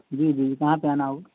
جی جی کہاں پہ آنا ہوگا